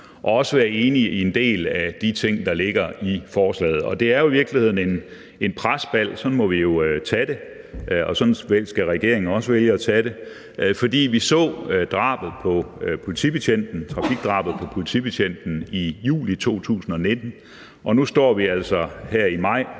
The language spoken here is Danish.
og også være enige i en del af de ting, der ligger i forslaget. Det er jo i virkeligheden en presbal; sådan må vi jo tage det, og sådan skal regeringen også vælge at tage det. For vi så trafikdrabet på politibetjenten i juli 2019, og nu står vi altså her i maj